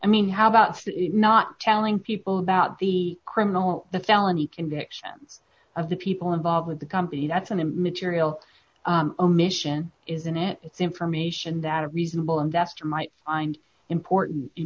i mean how about not telling people about the criminal the felony convictions of the people involved with the company that's an immaterial omission isn't it it's information that a reasonable investor might find important